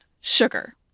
sugar